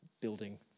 building